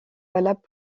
valable